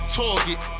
target